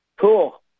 Cool